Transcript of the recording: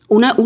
Una